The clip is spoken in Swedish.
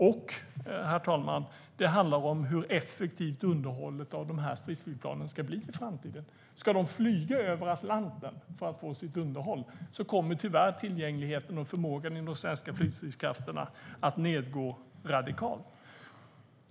Och, herr talman, det handlar om hur effektivt underhållet av de här stridsflygplanen ska bli i framtiden. Ska de flyga över Atlanten för att få sitt underhåll kommer tyvärr tillgängligheten och förmågan i de svenska flygstridskrafterna att gå ned radikalt.